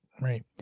right